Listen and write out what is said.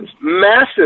massive